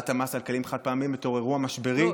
המס על כלים חד-פעמיים בתור אירוע משברי.